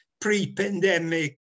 Pre-pandemic